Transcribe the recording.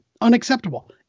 Unacceptable